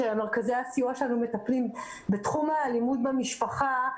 כשמרכזי הסיוע שלנו מטפלים בתחום האלימות במשפחה,